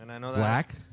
Black